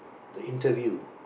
the interview